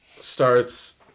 starts